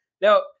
Now